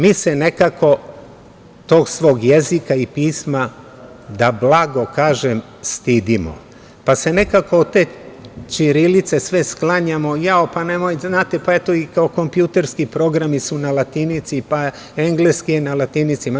Mi se nekako tog svog jezika i pisma, da blago kažem, stidimo, pa se nekako od te ćirilice sve sklanjamo, kao, znate, kompjuterski programi su na latinici, pa engleski je na latinici, itd.